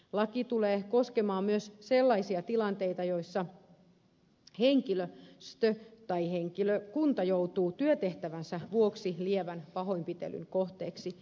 laki tulee koskemaan myös sellaisia tilanteita joissa henkilöstö tai henkilökunta joutuu työtehtävänsä vuoksi lievän pahoinpitelyn kohteeksi